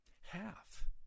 Half